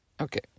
Okay